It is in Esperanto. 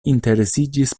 interesiĝis